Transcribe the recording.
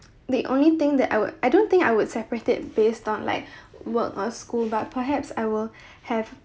the only thing that I would I don't think I would separate it based on like work or school but perhaps I will have